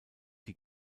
die